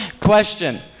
question